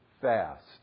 fast